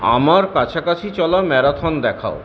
আমার কাছাকাছি চলা ম্যারাথন দেখাও